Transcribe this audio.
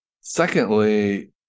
secondly